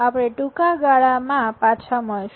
આપણે ટૂંકા ગાળા માં પાછા મળશું